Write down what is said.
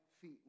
feet